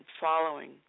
following